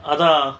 அதா:atha